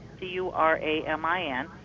c-u-r-a-m-i-n